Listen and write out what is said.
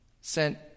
sent